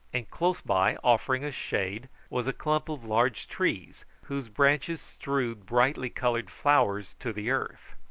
and close by, offering us shade, was a clump of large trees whose branches strewed brightly coloured flowers to the earth.